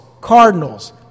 cardinals